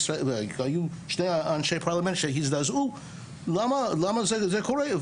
שני אנשי פרלמנט שהזדעזעו, למה זה קורה.